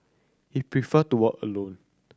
he prefer to alone